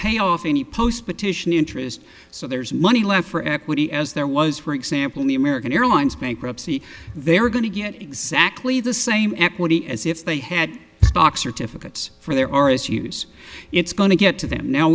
pay off any post petition interest so there's money left for equity as there was for example in the american airlines bankruptcy they're going to get exactly the same equity as if they had stock certificates for their auras use it's going to get to them now